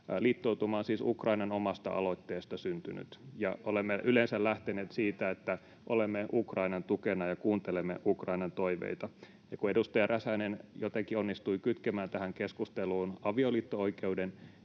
Liittoutuma on siis Ukrainan omasta aloitteesta syntynyt, ja olemme yleensä lähteneet siitä, että olemme Ukrainan tukena ja kuuntelemme Ukrainan toiveita. Ja kun edustaja Räsänen jotenkin onnistui kytkemään tähän keskusteluun avioliitto-oikeuden,